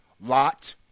Lot